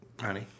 honey